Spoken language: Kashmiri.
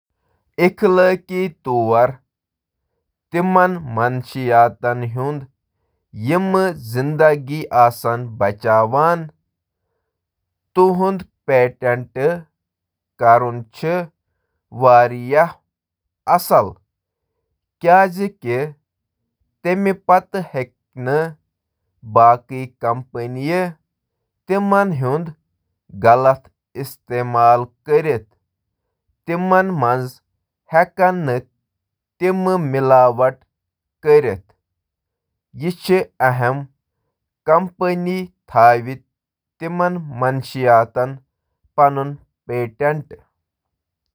زندگی بچاون وٲل دوہن پیٹنٹ کرنٕچ اخلاقیات چِھ اکھ متنازعہ موضوع یتھ منز مختلف خیالات چِھ: فوائد، خرٲبیہٕ، پیٹنٹ اصلاحات اکھ دیم۔